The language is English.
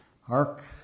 Hark